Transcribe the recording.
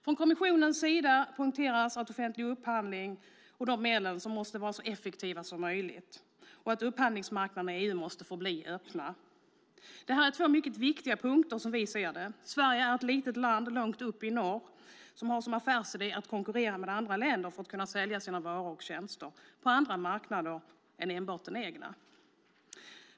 Från kommissionens sida poängteras att offentlig upphandling och de medel som satsas måste vara så effektiva som möjligt och att upphandlingsmarknader i EU måste förbli öppna. Det här är två mycket viktiga punkter som vi ser det. Sverige är ett litet land långt upp i norr som har som affärsidé att konkurrera med andra länder för att kunna sälja sina varor och tjänster på andra marknader än enbart den egna.